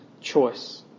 choice